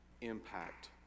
impact